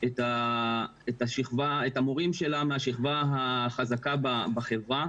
את המורים שלה מהשכבה החזקה בחברה.